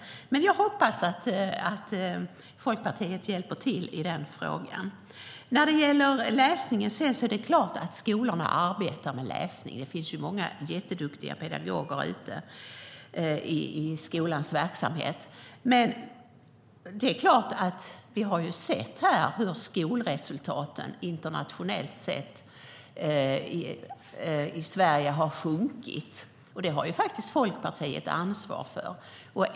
Men jag hoppas att Folkpartiet hjälper till i den frågan. När det gäller läsningen är det klart att skolorna arbetar med läsningen. Det finns många jätteduktiga pedagoger i skolans verksamhet. Men vi har sett hur skolresultaten internationellt sett har sjunkit i Sverige. Det har faktiskt Folkpartiet ansvar för.